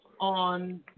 on